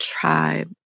tribe